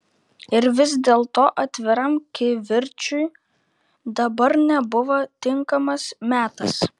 ir vis dėlto atviram kivirčui dabar nebuvo tinkamas metas